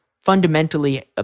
fundamentally